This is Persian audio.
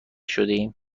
شدهایم